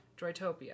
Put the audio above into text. Droidtopia